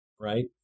right